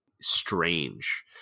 strange